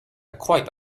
quite